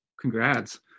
Congrats